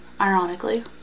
ironically